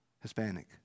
Hispanic